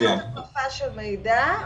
--- החלפה של מידע.